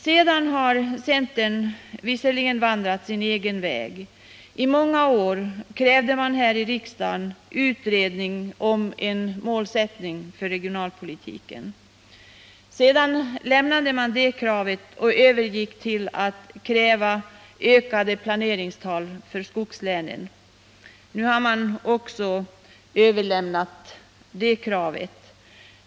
Därefter har centern vandrat sin egen väg. Under många år krävde man här i riksdagen att målsättningen för regionalpolitiken skulle utredas. Det kravet lämnade man och övergick till att kräva ökade planeringstal för skogslänen. Nu har man övergett också det kravet.